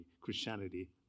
Christianity